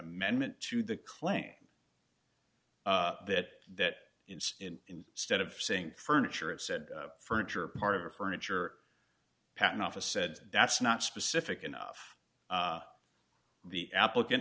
amendment to the claim that that in stead of saying furniture it said furniture part of a furniture patent office said that's not specific enough the applicant